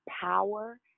power